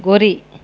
கோரி